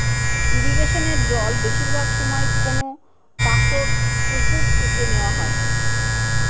ইরিগেশনের জল বেশিরভাগ সময় কোনপাশর পুকুর থেকে নেওয়া হয়